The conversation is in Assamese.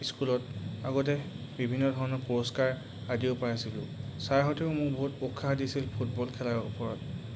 স্কুলত আগতে বিভিন্ন ধৰণৰ পুৰস্কাৰ আদিও পাইছিলোঁ ছাৰহঁতেও মোক বহুত উৎসাহ দিছিল ফুটবল খেলাৰ ওপৰত